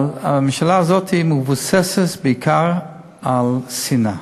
אבל הממשלה הזאת מבוססת בעיקר על שנאה.